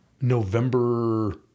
November